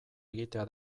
egitea